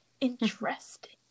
Interesting